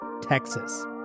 Texas